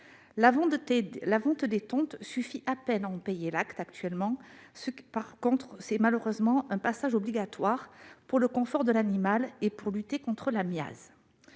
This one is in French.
La vente des tontes suffit à peine à en payer l'acte actuellement. C'est pourtant malheureusement un passage obligatoire pour le confort de l'animal et pour lutter contre la myiase.